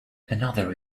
another